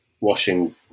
washing